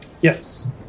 Yes